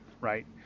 right